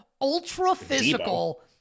ultra-physical